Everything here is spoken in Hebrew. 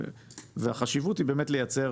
והחשיבות היא באמת לייצר